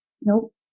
Nope